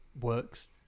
works